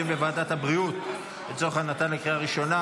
בוועדת הבריאות לצורך הכנתה לקריאה ראשונה.